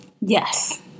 Yes